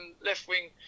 left-wing